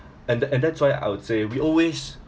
and that and that's why I would say we always